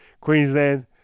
Queensland